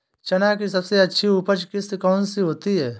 चना की सबसे अच्छी उपज किश्त कौन सी होती है?